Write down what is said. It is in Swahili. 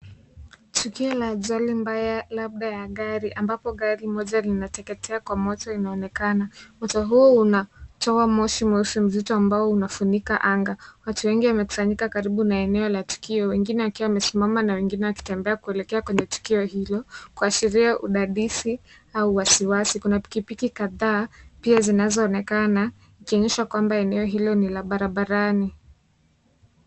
Tukio la ajali mbaya labda ya gari, ambapo gari moja linateketea kwa moto inaonekana. Moto huo unatoa moshi moshi mzito ambao unafunika anga. Watu wengi wamekusanyika karibu na eneo la tukio, wengine akiwa amesimama na wengine wakitembea kuelekea kwenye tukio hilo, kuashiria udadisi au wasiwasi. Kuna pikipiki kadhaa, pia zinazoonekana, ikionyesha kwamba eneo hilo ni la barabarani.